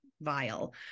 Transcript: vile